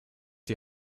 die